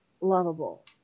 lovable